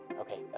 Okay